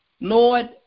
Lord